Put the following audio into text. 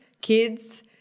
kids